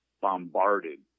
bombarded